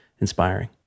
inspiring